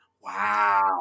Wow